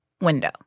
window